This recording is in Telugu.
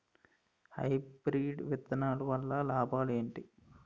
హైబ్రిడ్ విత్తనాలు వల్ల లాభాలు ఏంటి?